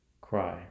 cry